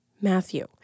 Matthew